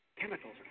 chemicals